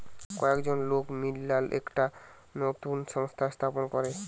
কয়েকজন লোক মিললা একটা নতুন সংস্থা স্থাপন করে